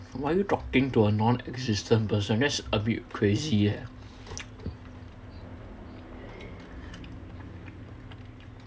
why are you talking to a non-existent person that's a bit crazy eh